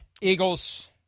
Eagles